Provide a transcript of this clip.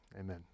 Amen